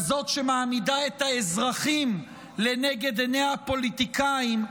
כזאת שמעמידה את האזרחים לנגד עיני הפוליטיקאים,